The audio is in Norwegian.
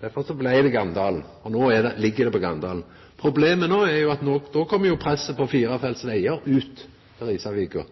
Derfor blei det Ganddal – og no ligg det på Ganddal. Problemet no er at då kjem presset på firefelts vegar ut til Risavika.